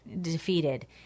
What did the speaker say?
defeated